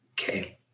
Okay